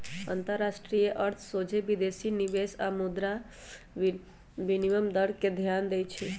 अंतरराष्ट्रीय अर्थ सोझे विदेशी निवेश आऽ मुद्रा विनिमय दर पर ध्यान देइ छै